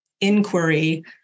inquiry